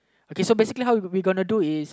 okay so basically how we gonna do is